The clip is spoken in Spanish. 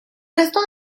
resto